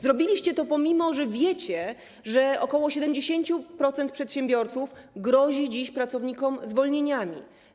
Zrobiliście to pomimo ze wiecie, że ok 70% przedsiębiorców grozi dziś pracownikom zwolnieniami.